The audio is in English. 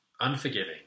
unforgiving